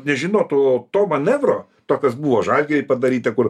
nežinotų to manevro to kas buvo žalgiry padaryta kur